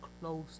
close